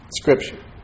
scripture